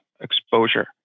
exposure